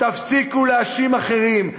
תפסיקו להאשים אחרים.